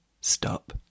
stop